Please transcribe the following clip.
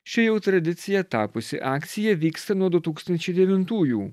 ši jau tradicija tapusi akcija vyksta nuo du tūkstančiai devintųjų